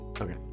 Okay